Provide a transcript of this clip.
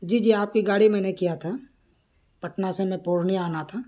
جی جی آپ کی گاڑی میں نے کیا تھا پٹنہ سے ہمیں پورنیہ آنا تھا